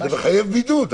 זה מחייב בידוד.